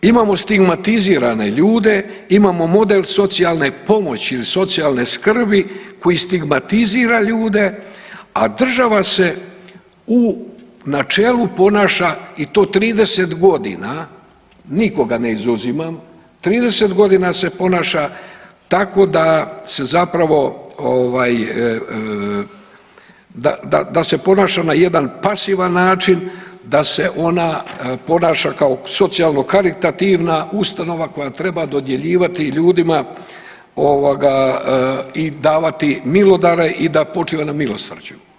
Imamo stigmatizirane ljude, imamo model socijalne pomoći ili socijalne skrbi koji stigmatizira ljude, a država se u načelu ponaša i to 30.g., nikoga ne izuzimam, 30.g. se ponaša tako da se zapravo ovaj, da se ponaša na jedan pasivan način, da se ona ponaša kao socijalno karitativna ustanova koja treba dodjeljivati ljudima ovoga i davati milodare i da počiva na milosrđu.